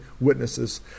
witnesses